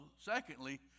secondly